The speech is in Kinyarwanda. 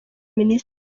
minisitiri